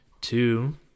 Two